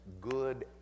good